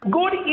Good